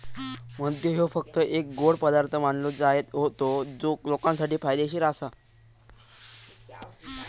मध ह्यो फक्त एक गोड पदार्थ मानलो जायत होतो जो लोकांसाठी फायदेशीर आसा